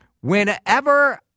Whenever